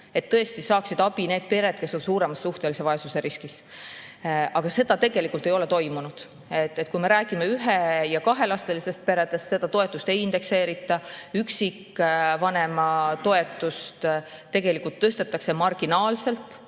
et tõesti saaksid abi need pered, kes on suuremas suhtelise vaesuse riskis. Aga seda tegelikult ei ole toimunud. Kui me räägime ühe- ja kahelapselistest peredest, siis seda toetust ei indekseerita. Üksikvanema toetust tegelikult tõstetakse marginaalselt